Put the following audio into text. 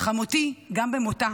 חמותי גם במותה